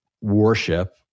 warship